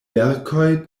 verkoj